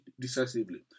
decisively